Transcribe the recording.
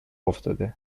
افتاده